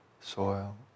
soil